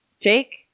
Jake